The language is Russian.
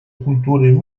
культуры